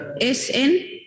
S-N